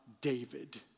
David